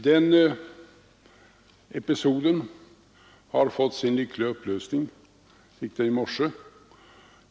Den episoden har i morse fått sin lyckliga upplösning.